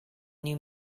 new